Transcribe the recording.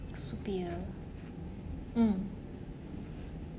superior mm